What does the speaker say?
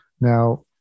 Now